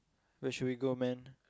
where should we go man